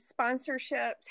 sponsorships